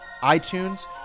iTunes